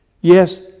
Yes